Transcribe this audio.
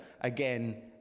again